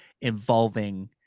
involving